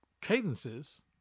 cadences